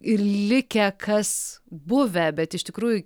ir likę kas buvę bet iš tikrųjų